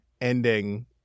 ending